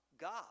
God